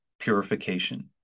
Purification